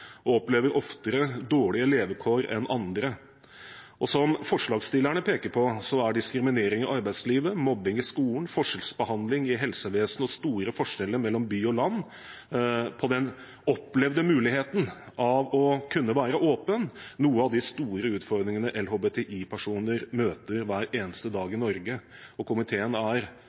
og opplever oftere dårlige levekår enn andre. Som forslagsstillerne peker på, er diskriminering i arbeidslivet, mobbing i skolen, forskjellsbehandling i helsevesenet og store forskjeller mellom by og land på den opplevde muligheten av å kunne være åpen, noen av de store utfordringene LHBTI-personer møter hver eneste dag i Norge. Komiteen er